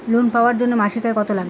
Loan পাবার জন্যে মাসিক আয় কতো লাগবে?